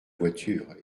voiture